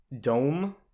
dome